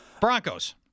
Broncos